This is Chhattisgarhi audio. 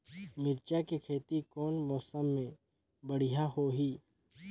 मिरचा के खेती कौन मौसम मे बढ़िया होही?